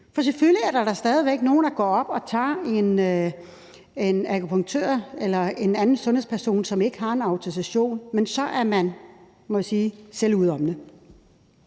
Selvfølgelig er der stadig væk nogle, der går op og tager en akupunktør eller en anden sundhedsperson, som ikke har en autorisation, men så er man, må jeg